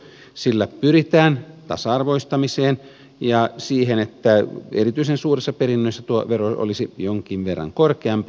sillä pyritään tasa arvoistamiseen ja siihen että erityisen suurissa perinnöissä tuo vero olisi jonkin verran korkeampi